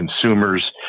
Consumers